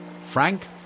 Frank